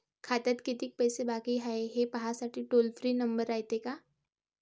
खात्यात कितीक पैसे बाकी हाय, हे पाहासाठी टोल फ्री नंबर रायते का?